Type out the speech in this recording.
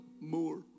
more